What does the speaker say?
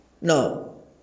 No